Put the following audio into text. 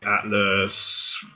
Atlas